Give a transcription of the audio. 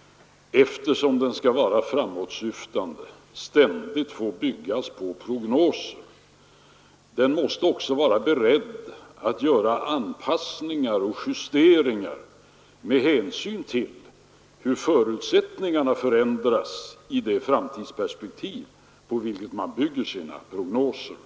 — eftersom den skall vara framåtsyftande — ständigt får byggas på prognoser, måste anpassas och justeras med hänsyn till hur förutsättningarna förändras i det framtidsperspektiv på vilket man bygger sina prognoser.